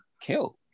kill